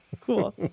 Cool